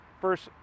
first